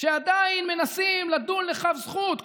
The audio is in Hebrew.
שעדיין מנסים לדון לכף זכות.